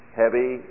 heavy